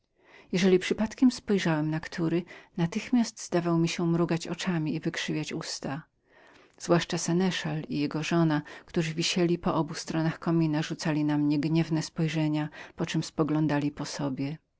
jeżeli przypadkiem spojrzałem na który natychmiatnatychmiast zdawał mi się mrugać oczami i wykrzywiać usta nadewszystko seneszal i jego żona którzy wisieli po obu stronach komina rzucali na mnie gniewne spojrzenia po czem spoglądali po sobie